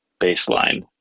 baseline